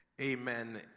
amen